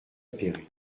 appéré